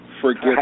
forget